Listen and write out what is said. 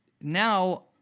now